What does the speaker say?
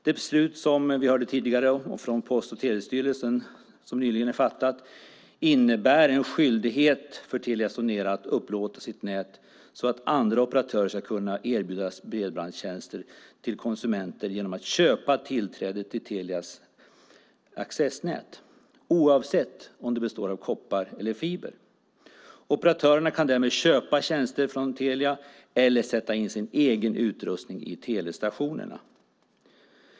Det beslut som Post och telestyrelsen nyligen fattade innebär en skyldighet för Telia Sonera att upplåta sitt nät så att andra operatörer ska kunna erbjuda bredbandstjänster till konsumenter genom att köpa tillträde till Telia Soneras accessnät, oavsett om det består av koppar eller fiber. Operatörerna kan därmed köpa tjänster av Telia eller sätta in sin egen utrustning i telestationerna.